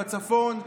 כמו בצפון,